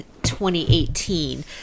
2018